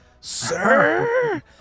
sir